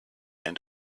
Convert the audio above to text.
and